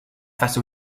face